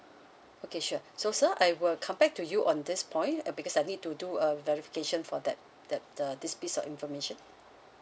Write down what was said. okay sure so sir I will come back to you on this point because I need to do a verification for that that the this piece of information